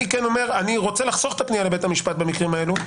אני רוצה לחסוך את הפנייה לבית המשפט במקרים האלו,